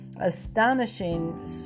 astonishing